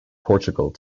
portugal